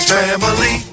family